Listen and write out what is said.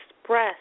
express